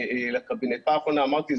אמרתי,